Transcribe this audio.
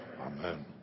Amen